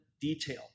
detail